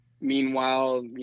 Meanwhile